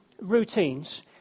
routines